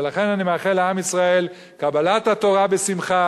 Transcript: ולכן אני מאחל לעם ישראל קבלת התורה בשמחה,